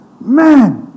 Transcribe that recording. Man